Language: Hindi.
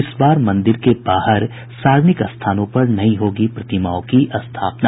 इस बार मंदिर के बाहर सार्वजनिक स्थानों पर नहीं होगी प्रतिमाओं की स्थापना